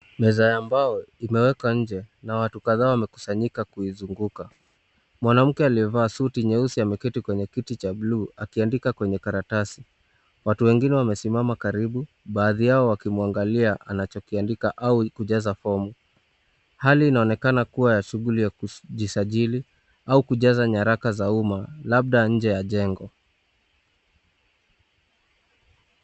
Meza ya mbao imeweka nje na wati kadhaa wamekusanyika kuizunguka, manamke aliyevaa suti nyeusi ameketi kwenye kiti cha buluu, akiandika kwenye karatasi, wqatu webgine wameismama karibu baadhi yao wakimwangalia anachokiandika au kujaza fomu, hali inaonekana kuwa ya shughuli za kujisajili au kujaza nyaraka za uma, labda nje ya jengo.